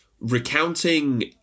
recounting